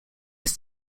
ist